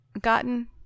gotten